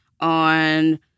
on